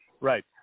right